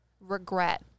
regret